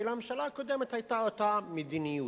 כי לממשלה הקודמת היתה אותה מדיניות,